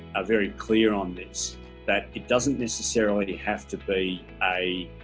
ah very clear on this that it doesn't necessarily have to be a